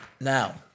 Now